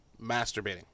Masturbating